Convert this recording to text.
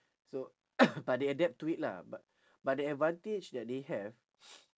so but they adapt to it lah b~ but the advantage that they have